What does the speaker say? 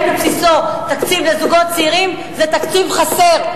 בבסיסו תקציב לזוגות צעירים זה תקציב חסר.